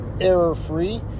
error-free